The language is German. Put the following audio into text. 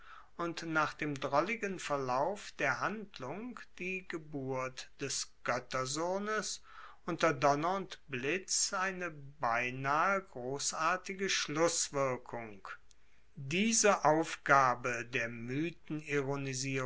und nach dem drolligen verlauf der handlung die geburt des goettersohnes unter donner und blitz eine beinahe grossartige schlusswirkung diese aufgabe der